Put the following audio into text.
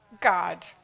God